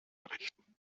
errichten